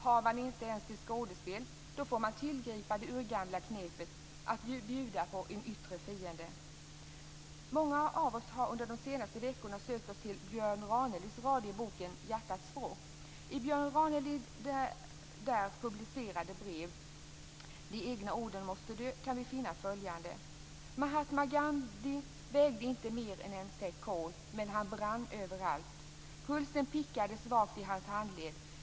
Har man inte ens till skådespel, får man tillgripa det urgamla knepet att bjuda på en yttre fiende. Många av oss har under de senaste veckorna sökt oss till Björn Ranelids rader i boken Hjärtats språk. I Björn Ranelids där publicerade brev "De egna orden måste dö" kan vi finna följande: "Mahatma Gandhi vägde inte mer än en säck kol, men han brann överallt. Pulsen pickade svagt i hans handled.